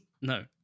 No